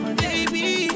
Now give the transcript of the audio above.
baby